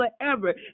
forever